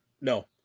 No